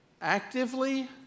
actively